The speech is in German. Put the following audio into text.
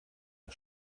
der